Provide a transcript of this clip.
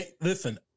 Listen